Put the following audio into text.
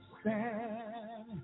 stand